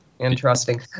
Interesting